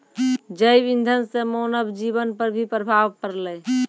जैव इंधन से मानव जीबन पर भी प्रभाव पड़लै